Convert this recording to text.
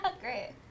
Great